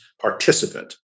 participant